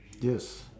yes